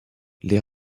les